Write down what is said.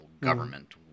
government